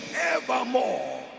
evermore